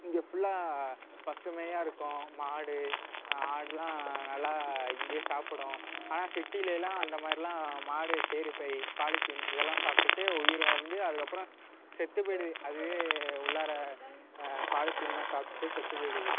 இங்கே ஃபுல்லாக பசுமையாக இருக்கும் மாடு ஆடுலாம் நல்லா இங்கே சாப்பிடும் ஆனால் சிட்டியிலேலாம் அந்த மாதிரிலாம் மாடு கேரிபை பாலித்தீன் இதெல்லாம் சாப்பிட்டுட்டு உயிர் வாழ்ந்து அதுக்கப்பறம் செத்துப் போய்டுது அது உள்ளார பாலித்தீன்லாம் சாப்பிட்டுட்டு செத்துப் போய்டுது